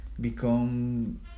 become